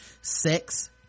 sex